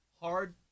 Hard